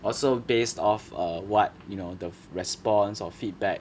orh so based off err what you know the response or feedback